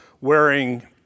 wearing